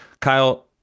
Kyle